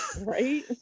Right